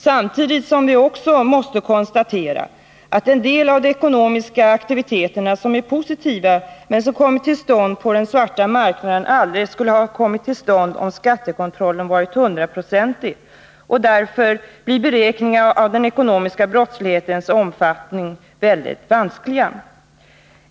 Samtidigt måste vi också konstatera att en del av de ekonomiska aktiviteterna, som är positiva men som kommit till stånd på den svarta marknaden, aldrig skulle ha kommit till stånd om skattekontrollen varit hundraprocentig. Därför blir beräkningarna av den ekonomiska brottslighetens omfattning väldigt vanskliga.